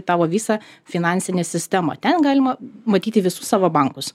tavo visą finansinę sistemą ten galima matyti visus savo bankus